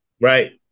Right